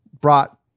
brought